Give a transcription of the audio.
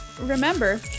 remember